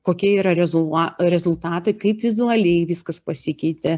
kokie yra rezula rezultatai kaip vizualiai viskas pasikeitė